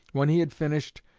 when he had finished,